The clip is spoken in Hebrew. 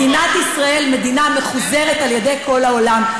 מדינת ישראל היא מדינה מחוזרת על-ידי כל העולם,